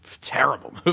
terrible